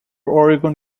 oregon